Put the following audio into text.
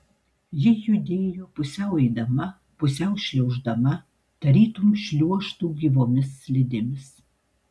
ji judėjo pusiau eidama pusiau šliauždama tarytum šliuožtų gyvomis slidėmis